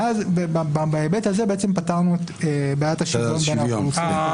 ואז בהיבט הזה פתרנו את בעיית השוויון בין האוכלוסיות.